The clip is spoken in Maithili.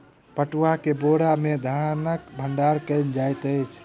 पटुआ के बोरा में धानक भण्डार कयल जाइत अछि